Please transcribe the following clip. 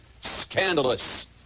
Scandalous